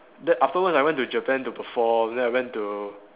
then afterwards I went to Japan to perform then I went to